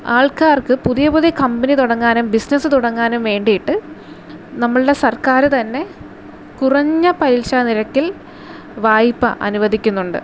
ആൾക്കാർക്ക് പുതിയ പുതിയ കമ്പനി തുടങ്ങാനും ബിസിനസ്സ് തുടങ്ങാനും വേണ്ടിയിട്ട് നമ്മളുടെ സർക്കാര് തന്നെ കുറഞ്ഞ പലിശാ നിരക്കിൽ വായ്പ അനുവദിക്കുന്നുണ്ട്